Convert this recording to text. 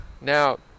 Now